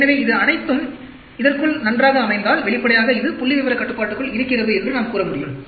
எனவே இவை அனைத்தும் இதற்குள் நன்றாக அமைந்தால் வெளிப்படையாக இது புள்ளிவிவரக் கட்டுப்பாட்டுக்குள் இருக்கிறது என்று நாம் கூற முடியும்